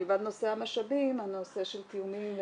מלבד נושא המשאבים הנושא של תיאומים,